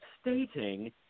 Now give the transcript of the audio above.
stating